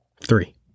three